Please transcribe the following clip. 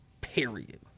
Period